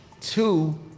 two